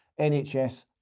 NHS